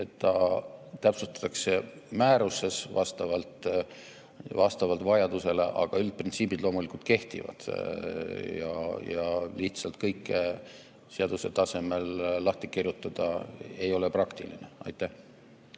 et see täpsustatakse määruses vastavalt vajadusele, aga üldprintsiibid loomulikult kehtivad. Lihtsalt kõike seaduse tasemel lahti kirjutada ei ole praktiline. Aitäh!